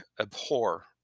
abhor